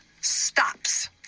stops